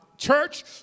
church